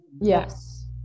Yes